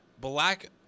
black